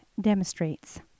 demonstrates